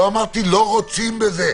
לא אמרתי שהם לא רוצים בזה.